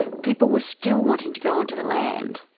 people were still wanting to go on to the land.